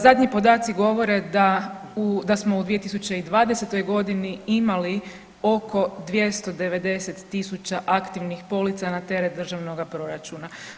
Zadnji podaci govore da smo u 2020. godini imali oko 290 tisuća aktivnih polica na teret Državnoga proračuna.